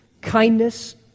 kindness